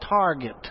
target